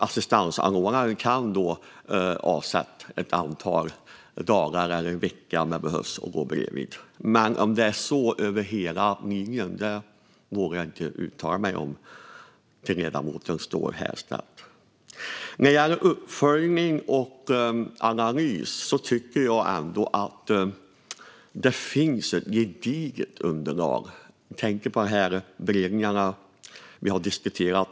Assistansanordnare kan avsätta ett antal dagar eller en vecka om det behövs så att assistenter kan gå bredvid. Men om det är så över hela linjen vågar jag inte uttala mig om till ledamoten Ståhl Herrstedt. När det gäller uppföljning och analys tycker jag ändå att det finns ett gediget underlag. Jag tänker på de beredningar som vi har diskuterat.